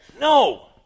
No